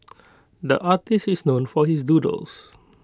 the artist is known for his doodles